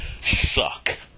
suck